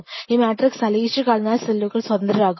ഈ മാട്രിക്സ് അലിയിച്ചു കളഞ്ഞാൽ സെല്ലുകൾ സ്വതന്ത്രരാകും